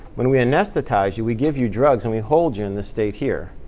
when we and anesthetized you, we give you drugs and we hold you in this state here.